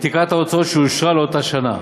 מתקרת ההוצאות שאושרה לאותה שנה.